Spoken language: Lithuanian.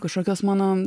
kažkokios mano